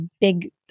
big